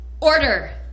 order